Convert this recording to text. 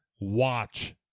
watch